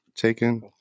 taken